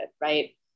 right